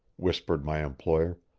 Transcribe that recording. whispered my employer.